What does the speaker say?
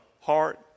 heart